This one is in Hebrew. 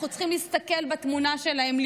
אנחנו צריכים להסתכל בתמונה שלהם.